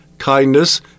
kindness